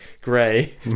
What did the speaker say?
gray